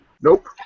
Nope